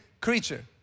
creature